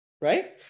Right